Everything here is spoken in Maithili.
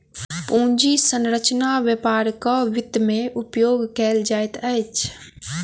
पूंजी संरचना व्यापारक वित्त में उपयोग कयल जाइत अछि